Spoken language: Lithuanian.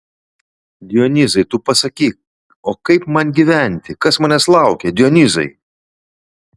dionyzai tu pasakyk o kaip man gyventi kas manęs laukia dionyzai